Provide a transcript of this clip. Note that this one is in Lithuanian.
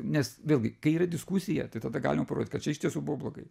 nes vėlgi kai yra diskusija tai tada galima parodyt kad čia iš tiesų buvo blogai